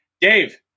Dave